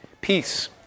peace